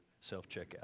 self-checkout